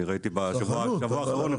אני ראיתי בשבוע האחרון.